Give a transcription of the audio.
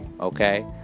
Okay